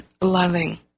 loving